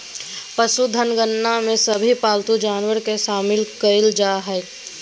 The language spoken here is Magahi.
पशुधन गणना में सभे पालतू जानवर के शामिल कईल जा हइ